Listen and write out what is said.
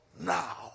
now